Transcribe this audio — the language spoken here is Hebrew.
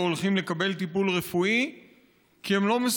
לא הולכים לקבל טיפול רפואי,